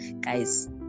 guys